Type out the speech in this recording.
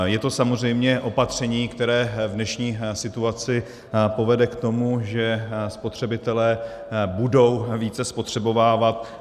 Je to samozřejmě opatření, které v dnešní situaci povede k tomu, že spotřebitelé budou více spotřebovávat.